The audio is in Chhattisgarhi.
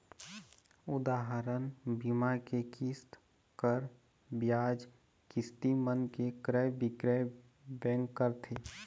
उदाहरन, बीमा के किस्त, कर, बियाज, किस्ती मन के क्रय बिक्रय बेंक करथे